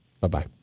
Bye-bye